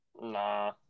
Nah